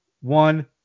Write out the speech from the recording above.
one